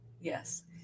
Yes